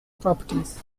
properties